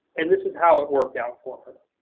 and this is how it worked out for her.